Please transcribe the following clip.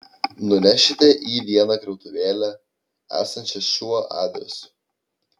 nunešite į vieną krautuvėlę esančią šiuo adresu